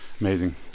Amazing